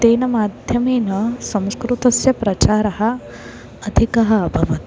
तेन माध्यमेन संस्कृतस्य प्रचारः अधिकः अभवत्